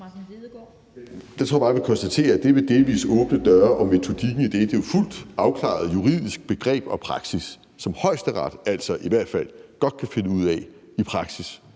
det med delvis åbne døre og metodikken i det er et fuldt afklaret juridisk begreb og en praksis, som Højesteret i hvert fald godt kan finde ud af i praksis